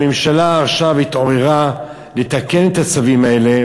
הממשלה עכשיו התעוררה לתקן את הצווים האלה,